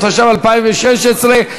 התשע"ו 2016,